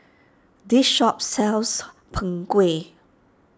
this shop sells Png Kueh